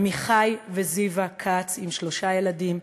עמיחי וזיוה כץ עם שלושה ילדים,